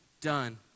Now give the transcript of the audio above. done